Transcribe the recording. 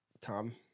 Tom